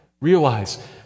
Realize